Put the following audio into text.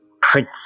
prince